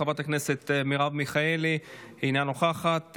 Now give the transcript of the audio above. חברת הכנסת מרב מיכאלי, אינה נוכחת,